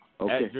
Okay